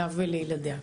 לה ולילדיה.